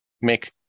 make